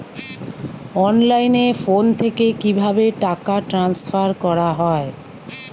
অনলাইনে ফোন থেকে কিভাবে টাকা ট্রান্সফার করা হয়?